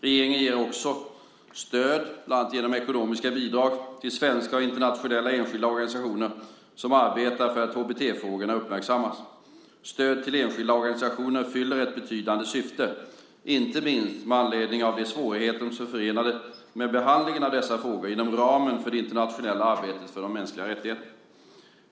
Regeringen ger också stöd, bland annat genom ekonomiska bidrag, till svenska och internationella enskilda organisationer som arbetar för att HBT-frågorna uppmärksammas. Stöd till enskilda organisationer fyller ett betydande syfte, inte minst med anledning av de svårigheter som är förenade med behandlingen av dessa frågor inom ramen för det internationella arbetet för de mänskliga rättigheterna.